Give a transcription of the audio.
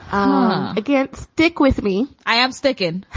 um again, stick with me. i am sticking